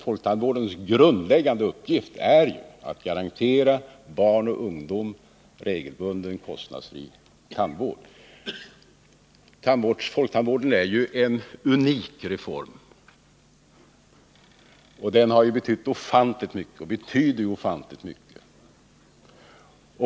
Folktandvårdens grundläggande uppgift är ju att garantera barn och ungdom regelbunden, kostnadsfri tandvård. Folktandvården är en unik reform som har betytt och betyder ofantligt mycket.